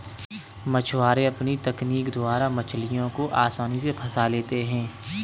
मछुआरे अपनी तकनीक द्वारा मछलियों को आसानी से फंसा लेते हैं